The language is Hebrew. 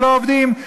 שלא עובדים,